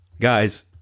guys